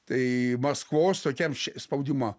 tai maskvos tokiam š spaudimo